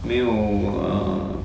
没有 err